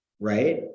right